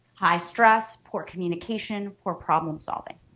high stress, poor communication poor problem solving.